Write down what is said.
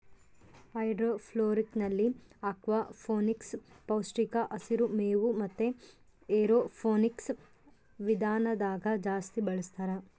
ಹೈಡ್ರೋಫೋನಿಕ್ಸ್ನಲ್ಲಿ ಅಕ್ವಾಫೋನಿಕ್ಸ್, ಪೌಷ್ಟಿಕ ಹಸಿರು ಮೇವು ಮತೆ ಏರೋಫೋನಿಕ್ಸ್ ವಿಧಾನದಾಗ ಜಾಸ್ತಿ ಬಳಸ್ತಾರ